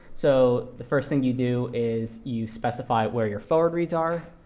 so the first thing you do is you specify where your forward reads are.